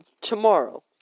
tomorrow